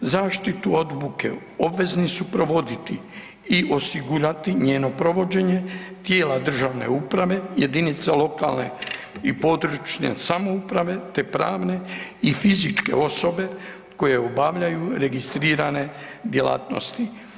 Zaštitu od buke obvezni su provoditi i osigurati njeno provođenje tijela državne uprave, jedinice lokalne i područne samouprave te pravne i fizičke osobe koje obavljaju registrirane djelatnosti.